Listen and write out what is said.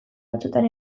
batzuetan